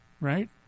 right